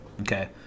Okay